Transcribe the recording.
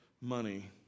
money